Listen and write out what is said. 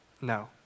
No